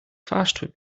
fahrstuhl